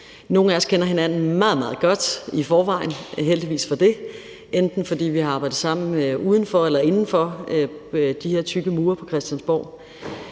Nogle af os kender hinanden meget, meget godt i forvejen, heldigvis for det, enten fordi vi har arbejdet sammen uden for eller inden for de her tykke mure på Christiansborg.